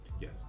yes